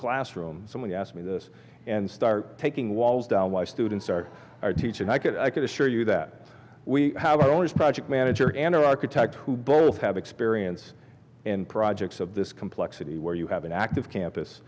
classroom somebody asked me this and start taking walls down why students are teaching i could i can assure you that we have always project manager an architect who both have experience in projects of this complexity where you have an active campus